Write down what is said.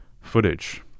footage